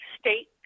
state